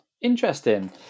interesting